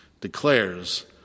declares